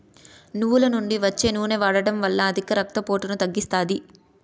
నువ్వుల నుండి వచ్చే నూనె వాడడం వల్ల అధిక రక్త పోటును తగ్గిస్తాది